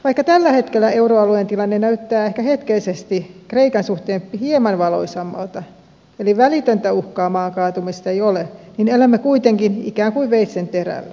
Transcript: vaikka tällä hetkellä euroalueen tilanne näyttää ehkä hetkellisesti kreikan suhteen hieman valoisammalta eli välitöntä uhkaa maan kaatumisesta ei ole elämme kuitenkin ikään kuin veitsenterällä